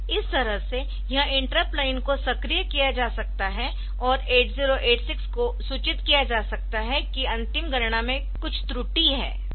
इस तरह से यह इंटरप्ट लाइन को सक्रिय किया जा सकता है और 8086 को सूचित किया जा सकता है कि अंतिम गणना में कुछ त्रुटि है